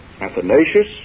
Athanasius